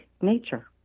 nature